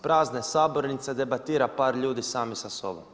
Prazne sabornice, debatira par ljudi sami sa sobom.